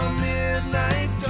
midnight